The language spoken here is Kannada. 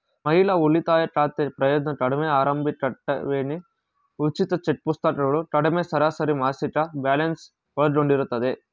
ಮಹಿಳಾ ಉಳಿತಾಯ ಖಾತೆ ಪ್ರಯೋಜ್ನ ಕಡಿಮೆ ಆರಂಭಿಕಠೇವಣಿ ಉಚಿತ ಚೆಕ್ಪುಸ್ತಕಗಳು ಕಡಿಮೆ ಸರಾಸರಿಮಾಸಿಕ ಬ್ಯಾಲೆನ್ಸ್ ಒಳಗೊಂಡಿರುತ್ತೆ